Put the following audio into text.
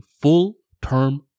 full-term